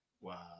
Wow